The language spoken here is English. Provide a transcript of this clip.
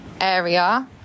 area